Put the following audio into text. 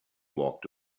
walked